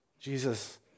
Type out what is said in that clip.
Jesus